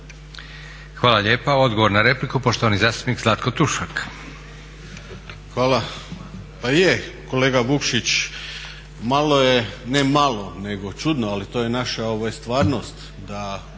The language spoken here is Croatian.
Hvala lijepa. Odgovor na repliku, poštovani zastupnik Zlatko Tušak.